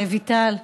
רויטל,